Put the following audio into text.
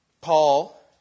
Paul